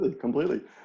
completely